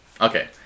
Okay